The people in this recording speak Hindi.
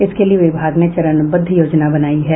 इसके लिये विभाग ने चरणवद्व योजना बनायी है